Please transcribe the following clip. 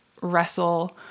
wrestle